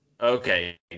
Okay